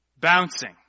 bouncing